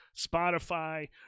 Spotify